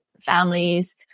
families